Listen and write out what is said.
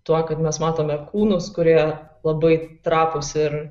tuo kad mes matome kūnus kurie labai trapūs ir